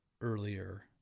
earlier